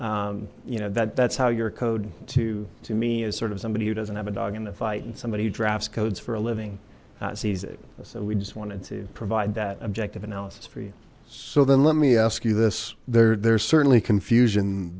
you know that that's how your code to to me is sort of somebody who doesn't have a dog in the fight and somebody who drafts codes for a living not sees it so we just wanted to provide that objective analysis for you so then let me ask you this there there's certainly confusion